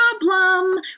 problem